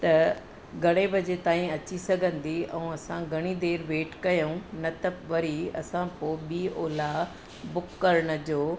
त घणे बजे ताईं अची सघंदी ऐं असां घणी देरि वेट कयूं न त वरी असां पोइ बि ओला बुक करण जो